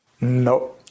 No